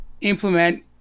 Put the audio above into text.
implement